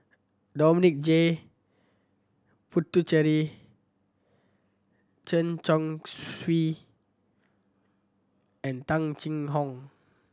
Dominic J Puthucheary Chen Chong Swee and Tung Chye Hong